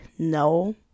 No